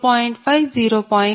5 0